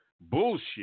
Bullshit